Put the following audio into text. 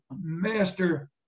master